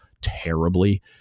terribly